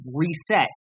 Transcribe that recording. reset